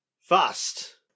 fast